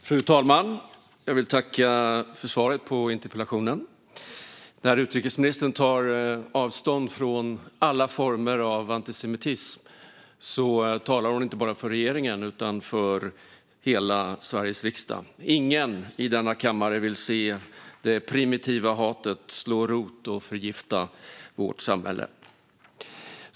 Fru talman! Jag vill tacka för svaret på interpellationen. När utrikesministern tar avstånd från alla former av antisemitism talar hon inte bara för regeringen utan för hela Sveriges riksdag. Ingen i denna kammare vill se det primitiva hatet slå rot och förgifta vårt samhälle.